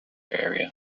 area